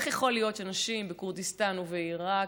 ואיך יכול להיות שנשים בכורדיסטן ובעיראק,